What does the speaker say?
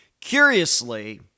Curiously